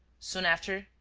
soon after,